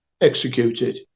executed